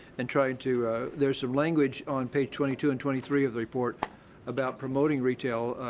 and trying to there's some language on page twenty two and twenty three of the report about promoting retail,